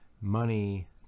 money